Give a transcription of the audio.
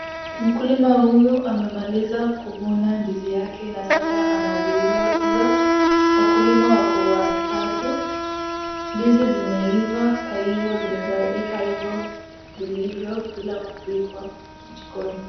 Mkulima huyu amemaliza kuvuna ndizi yake na sasa anaziuza. Wakulima wako watatu ndizi zimeiva, kwa hivyo zinaweza lika hivyo vilivyo bila kupikwa jikoni.